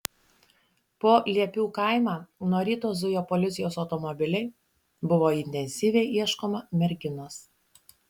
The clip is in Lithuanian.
po liepių kaimą nuo ryto zujo policijos automobiliai buvo intensyviai ieškoma merginos